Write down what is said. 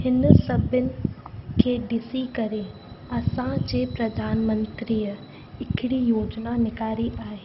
हिन सभिनि खे ॾिसी करे असांजे प्रधानमंत्री हिकिड़ी योजना निकारी आहे